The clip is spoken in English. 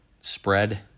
spread